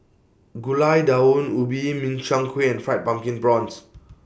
Gulai Daun Ubi Min Chiang Kueh and Fried Pumpkin Prawns